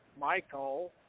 Michael